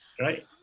Right